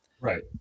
Right